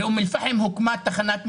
באום אל פחם הוקמה תחנת משטרה,